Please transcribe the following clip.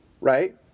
Right